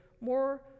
More